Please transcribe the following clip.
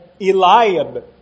Eliab